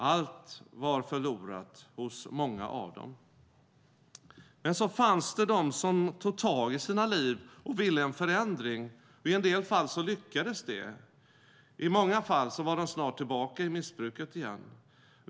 Allt var förlorat hos många av dem. Det fanns dock de som tog tag i sina liv och ville en förändring, och i en del fall lyckades det. I många fall var de snart tillbaka i missbruket igen.